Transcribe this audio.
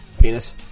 Penis